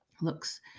looks